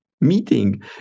meeting